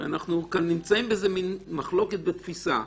אנחנו נמצאים באיזו מין מחלוקת בתפיסה.